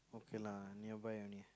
okay lah nearby only